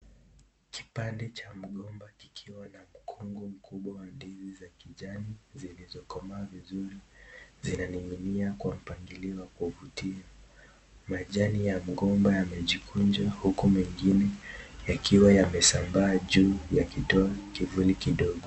Kipande cha mgomba kikiwa na mkungu mkubwa wa ndizi za kijani zilizo komaa vizuri zinaning'inia kwa mpangilio wa kuvutia, majani ya mgomba yamejikunja huku mengine yakiwa yamesambaa juu yakitoa kivuli kidogo.